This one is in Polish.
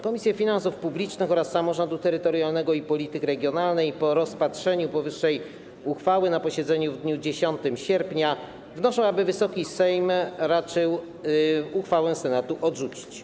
Komisje: Finansów Publicznych oraz Samorządu Terytorialnego i Polityki Regionalnej po rozpatrzeniu powyższej uchwały na posiedzeniu w dniu 10 sierpnia wnoszą, aby Wysoki Sejm raczył uchwałę Senatu odrzucić.